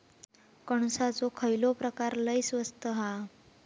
कणसाचो खयलो प्रकार लय स्वस्त हा?